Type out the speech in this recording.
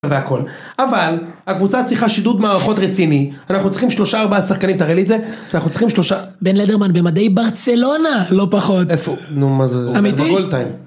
אבל הקבוצה צריכה שידוד מערכות רציני, אנחנו צריכים שלושה ארבעה שחקנים תראה לי את זה, אנחנו צריכים שלושה, בן לדרמן במדי ברצלונה, לא פחות, איפה, נו מה זה, אמיתי?